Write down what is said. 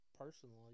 personally